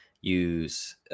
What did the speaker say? use